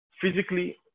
physically